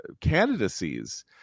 candidacies